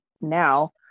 now